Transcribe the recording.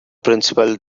principle